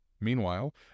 Meanwhile